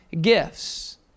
gifts